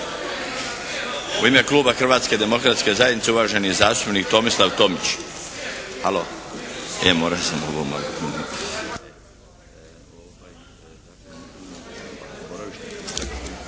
U ime kluba Hrvatske demokratske zajednice, uvaženi zastupnik Tomislav Tomić.